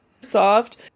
soft